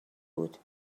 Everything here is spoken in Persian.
بود